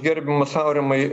gerbiamas aurimai